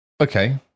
okay